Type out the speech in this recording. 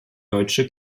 deutsche